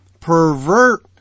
pervert